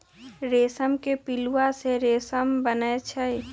रेशम के पिलुआ से रेशम बनै छै